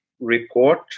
Report